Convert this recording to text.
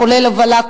כולל הובלה,